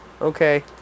Okay